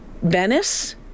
Venice